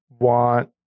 Want